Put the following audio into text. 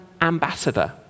ambassador